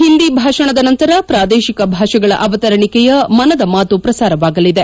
ಹಿಂದಿ ಭಾಷಣದ ನಂತರ ಪ್ರಾದೇಶಿಕ ಭಾಷೆಗಳ ಅವತರಣಿಕೆಯ ಮನದ ಮಾತು ಪ್ರಸಾರವಾಗಲಿದೆ